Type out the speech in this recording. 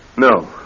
No